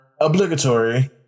obligatory